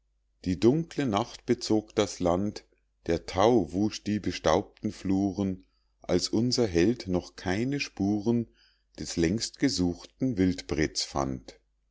die dunkle nacht bezog das land der thau wusch die bestaubten fluren als unser held noch keine spuren des längstgesuchten wildprets fand